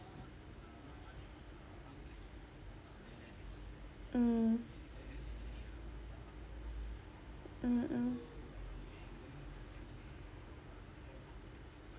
mm mm mm